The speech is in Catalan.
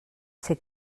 ser